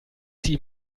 sie